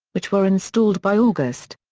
which were installed by august.